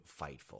Fightful